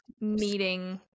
meeting